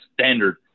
standard